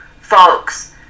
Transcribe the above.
folks